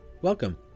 Welcome